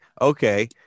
Okay